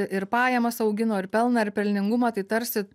ir pajamas augino ir pelną ir pelningumą tai tarsi